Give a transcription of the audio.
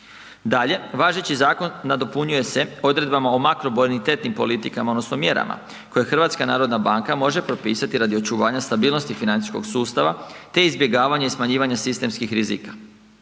Dalje, važeći zakon nadopunjuje se odredbama o makrobonitetnim politikama odnosno mjerama koje HNB može propisati rado očuvanja stabilnosti financijskog sustava te izbjegavanje i smanjivanje sistemskih rizika.